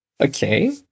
Okay